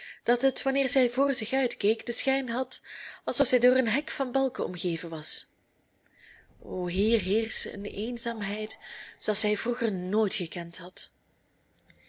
dat het wanneer zij voor zich uitkeek den schijn had alsof zij door een hek van balken omgeven was o hier heerschte een eenzaamheid zooals zij vroeger nooit gekend had